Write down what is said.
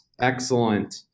Excellent